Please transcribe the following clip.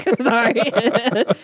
Sorry